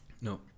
No